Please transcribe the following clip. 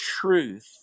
Truth